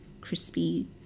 crispy